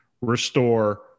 restore